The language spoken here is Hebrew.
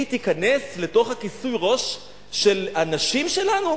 היא תיכנס לתוך הכיסוי-ראש של הנשים שלנו?